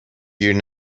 گیر